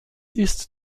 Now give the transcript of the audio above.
ist